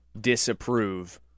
disapprove